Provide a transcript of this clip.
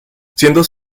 siendo